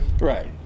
Right